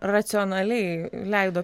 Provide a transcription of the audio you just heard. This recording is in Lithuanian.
na racionaliai leido pinigus